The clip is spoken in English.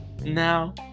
Now